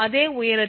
அதே உயரத்தில்